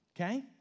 Okay